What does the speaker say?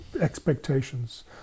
expectations